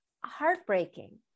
heartbreaking